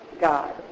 God